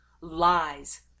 lies